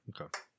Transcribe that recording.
Okay